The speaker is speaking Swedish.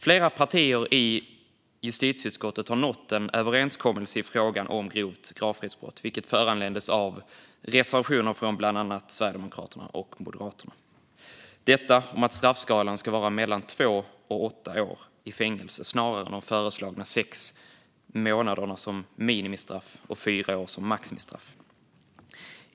Flera partier i justitieutskottet har nått en överenskommelse i frågan om grovt gravfridsbrott, vilket föranleddes av reservationer från bland andra Sverigedemokraterna och Moderaterna om att straffskalan ska vara mellan två och åtta år i fängelse, snarare än de föreslagna 6 månaderna som minimistraff och 4 år som maximistraff.